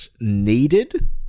needed